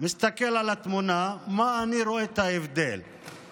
שמסתכל על התמונה, מה ההבדל שאני רואה.